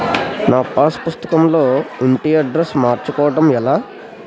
నా పాస్ పుస్తకం లో ఇంటి అడ్రెస్స్ మార్చుకోవటం ఎలా?